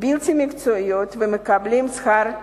בלתי מקצועיות ומקבלים שכר זעום.